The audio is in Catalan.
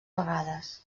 vegades